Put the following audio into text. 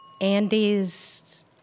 Andy's